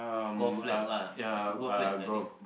golf flag lah golf flag I think